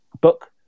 book